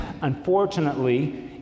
unfortunately